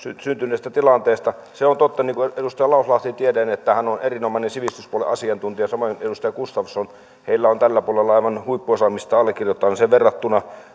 syntyneestä tilanteesta se on totta niin kuin edustaja lauslahti sanoi tietäen että hän on erinomainen sivistyspuolen asiantuntija samoin edustaja gustafsson heillä on tällä puolella aivan huippuosaamista allekirjoittaneeseen verrattuna